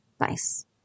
Nice